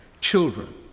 children